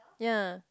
ya